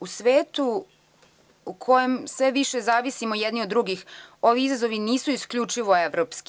U svetu u kojem sve više zavisimo jedni od drugih ovi izazovi nisu isključivo evropski.